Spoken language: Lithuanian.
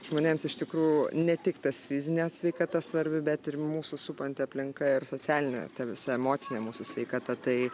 žmonėms iš tikrų ne tik tas fizinė sveikata svarbi bet ir mūsų supanti aplinka ir socialinė ta visa emocinė mūsų sveikata tai